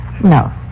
No